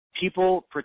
people